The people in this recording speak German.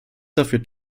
dafür